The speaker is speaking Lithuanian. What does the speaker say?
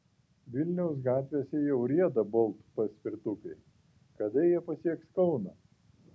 vilniaus gatvėse jau rieda bolt paspirtukai kada jie pasieks kauną